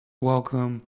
welcome